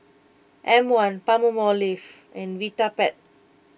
M one Palmolive and Vitapet